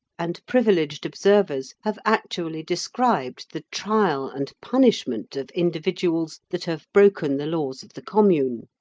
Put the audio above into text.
and privileged observers have actually described the trial and punishment of individuals that have broken the laws of the commune.